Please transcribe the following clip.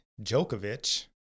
Djokovic